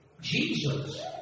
Jesus